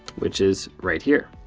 which is right here.